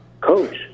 Coach